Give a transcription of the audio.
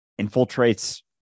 infiltrates